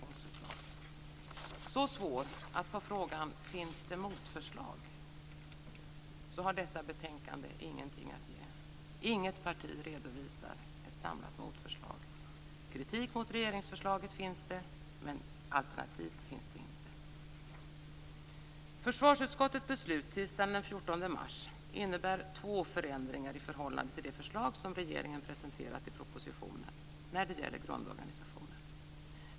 Den är så svår att på frågan: Finns det motförslag? har detta betänkande ingenting att ge. Inget parti redovisar ett samlat motförslag. Det finns kritik mot regeringsförslaget, men det finns inte alternativ. Försvarsutskottets beslut tisdagen den 14 mars innebär två förändringar i förhållande till det förslag som regeringen presenterade i propositionen när det gäller grundorganisationen.